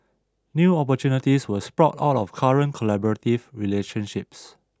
new opportunities will sprout all out of current collaborative relationships